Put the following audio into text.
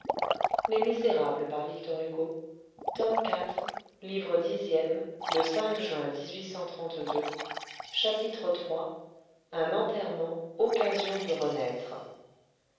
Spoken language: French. la question chapitre iii un enterrement occasion de renaître